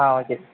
ஆ okay